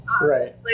Right